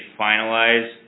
finalized